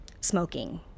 smoking